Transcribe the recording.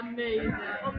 Amazing